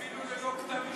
אפילו ללא כתב-אישום.